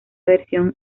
versión